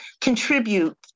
contribute